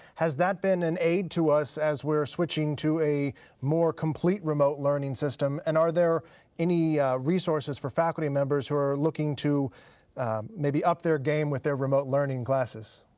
has that been an aid to us as we're switching to a more complete remote learning system? and are there any resources for faculty members who are looking to maybe up their game with their remote learning classes?